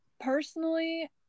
personally